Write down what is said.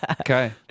Okay